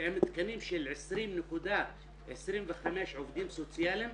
עם תקנים של 20.25 עובדים סוציאליים?